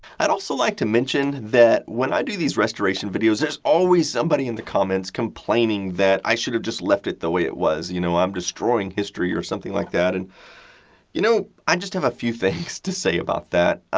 i'd also like to mention that when i do these restoration videos, there's always somebody in the comments complaining that i should have just left it the way it was, you know i'm destroying history or something like that. and you know, i just have a few things to say about that.